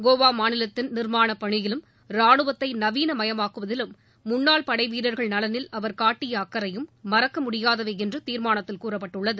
கோவா மாநிலத்தின் நிர்மானப் பணியிலும் ராணுவத்தை நவீன மயமாக்குவதிலும் முன்னாள் படைவீரர்கள் நலனில் அவர் காட்டிப அக்கறையும் மறக்க முடியாதவை என்று தீர்மானத்தில் கூறப்பட்டுள்ளது